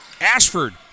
Ashford